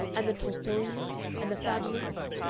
and the tolstoyans, and the fabians.